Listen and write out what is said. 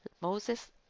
Moses